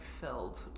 filled